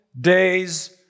days